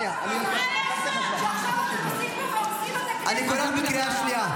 אני קורא לך בקריאה שנייה.